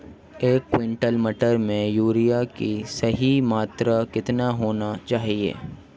एक क्विंटल मटर में यूरिया की सही मात्रा कितनी होनी चाहिए?